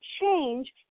change